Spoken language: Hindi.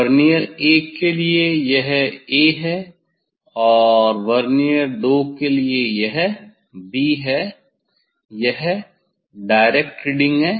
वर्नियर1 के लिए यह 'a' है और वर्नियर 2 के लिए यह 'b' है यह डायरेक्ट रीडिंग है